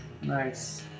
Nice